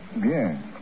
bien